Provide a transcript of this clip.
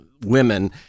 women